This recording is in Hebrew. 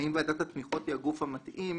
ועדת התמיכות היא הגוף המתאים.